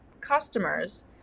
customers